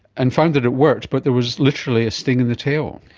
and found that it worked, but there was literally a sting in the tail.